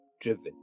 driven